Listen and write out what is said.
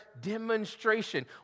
demonstration